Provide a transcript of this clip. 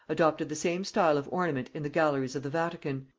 adopted the same style of ornament in the galleries of the vatican,